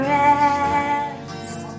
rest